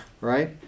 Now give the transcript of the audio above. right